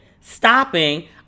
stopping